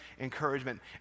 encouragement